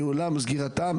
ניהולם או סגירתם,